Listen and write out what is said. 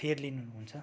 fair लिनु हुन्छ